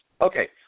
Okay